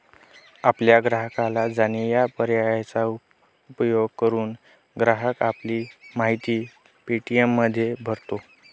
आपल्या ग्राहकाला जाणे या पर्यायाचा उपयोग करून, ग्राहक आपली माहिती पे.टी.एममध्ये भरतो